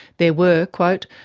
there were, quote,